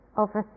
over